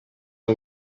y’u